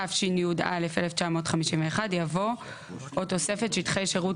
התשי"א 1951" יבוא "או תוספת שטחי שירות